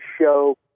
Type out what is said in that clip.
show